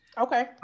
Okay